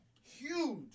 huge